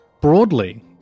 broadly